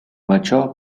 mature